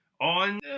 on